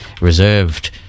reserved